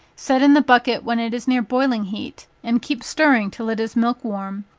set in the bucket when it is near boiling heat, and keep stirring till it is milk warm,